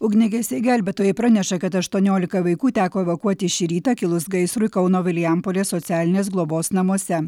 ugniagesiai gelbėtojai praneša kad aštuoniolika vaikų teko evakuoti šį rytą kilus gaisrui kauno vilijampolės socialinės globos namuose